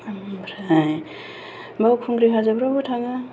ओमफ्राय बावखुंग्रि हाजोफोरावबो थाङो